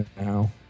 now